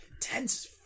tense